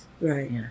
Right